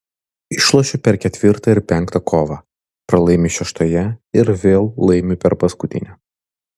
išlošiu per ketvirtą ir penktą kovą pralaimiu šeštoje ir vėl laimiu per paskutinę